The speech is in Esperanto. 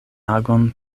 agon